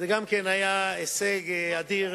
וזה גם היה הישג אדיר,